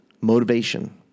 motivation